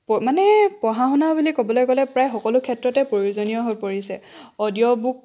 প মানে পঢ়া শুনা বুলি ক'বলৈ গ'লে প্ৰায় সকলো ক্ষেত্ৰতে প্ৰয়োজনীয় হৈ পৰিছে অডিঅ' বুক